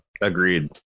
agreed